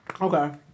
Okay